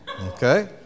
Okay